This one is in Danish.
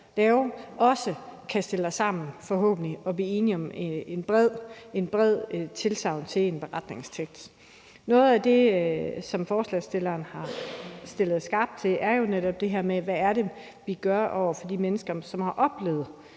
forhåbentlig stille os sammen og bredt blive enige om en beretningstekst. Noget af det, som forslagsstilleren har stillet skarpt på, er jo netop det her med, hvad vi gør over for de mennesker, som har oplevet